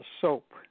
soap